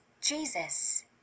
Jesus